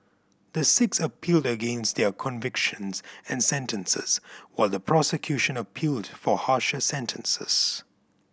the six appealed against their convictions and sentences while the prosecution appealed for harsher sentences